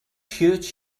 hurt